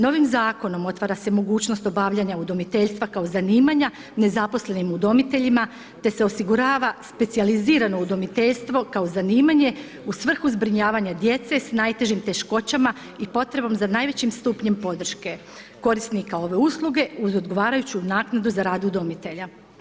Novim zakonom otvara se nova mogućnost obavljanja udomiteljstva kao zanimanja nezaposlenim udomiteljima te se osigurava specijalizirano udomiteljstvo kao zanimanje u svrhu zbrinjavanja djece s najtežim teškoćama i potrebom za najvećim stupnjem podrške korisnika ove usluge uz odgovarajuću naknadu za rad udomitelja.